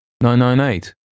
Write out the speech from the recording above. Nine-nine-eight